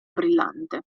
brillante